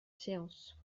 séance